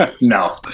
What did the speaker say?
no